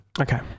Okay